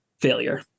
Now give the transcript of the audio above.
failure